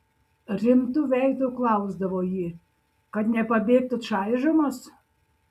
rimtu veidu klausdavo ji kad nepabėgtų čaižomas